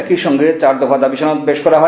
একই সঙ্গে চার দফা দাবি সনদ পেশ করা হয়